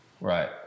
right